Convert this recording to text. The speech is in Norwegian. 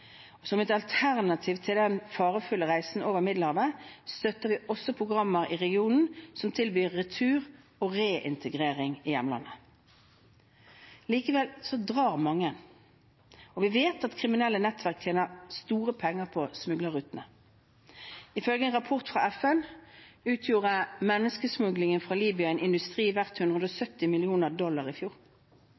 Som et alternativ til den farefulle reisen over Middelhavet, støtter vi også programmer i regionen som tilbyr retur og reintegrering i hjemlandet. Likevel drar mange. Vi vet at kriminelle nettverk tjener store penger på smuglerrutene. Ifølge en rapport fra FN utgjorde menneskesmuglingen fra Libya en industri verdt 170 millioner dollar i fjor.